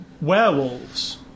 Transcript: werewolves